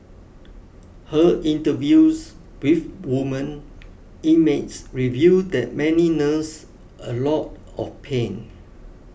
her interviews with women inmates reveal that many nurse a lot of pain